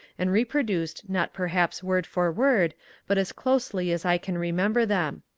and reproduced not perhaps word for word but as closely as i can remember them.